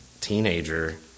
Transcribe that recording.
teenager